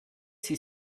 sie